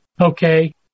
okay